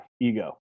ego